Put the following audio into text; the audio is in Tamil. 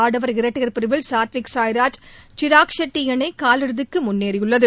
ஆடவர் இரட்டையர் பிரிவில் சாத்விக் சாய்ராஜ் ஷராஜ்ஷெட்டி இணை கால் இறுதிக்கு முன்னேறியுள்ளது